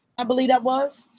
i believe that was.